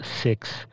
six